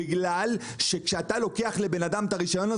בגלל שכשאתה לוקח לבן אדם את הרישיון,